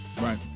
Right